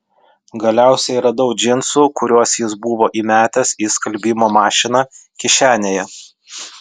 galiausiai radau džinsų kuriuos jis buvo įmetęs į skalbimo mašiną kišenėje